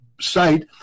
site